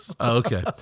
Okay